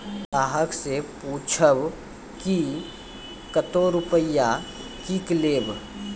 ग्राहक से पूछब की कतो रुपिया किकलेब?